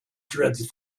dreads